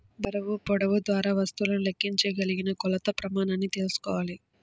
బరువు, పొడవు ద్వారా వస్తువులను లెక్కించగలిగిన కొలత ప్రమాణాన్ని తెల్సుకోవాలి